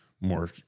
more